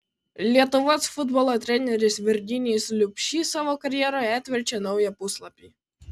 lietuvos futbolo treneris virginijus liubšys savo karjeroje atverčia naują puslapį